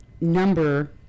number